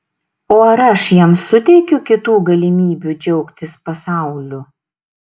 o ar aš jam suteikiu kitų galimybių džiaugtis pasauliu